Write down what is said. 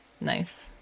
Nice